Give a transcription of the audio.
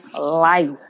life